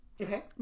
Okay